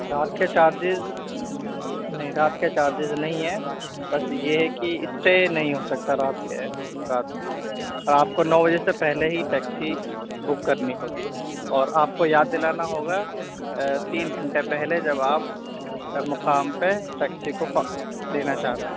رات کے چارجز نہیں رات کے چارجز نہیں ہے بس یہ ہے کہ اسٹے نہیں ہو سکتا رات کے رات میں میں آپ کو نو بجے سے پہلے ہی ٹیکسی بک کرنی ہوگی اور آپ کو یاد دلانا ہوگا تین گھنٹے پہلے جب آپ مقام پہ ٹیکسی کو لینا چاہتے ہیں